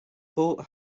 boat